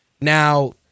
Now